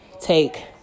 take